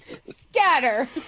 scatter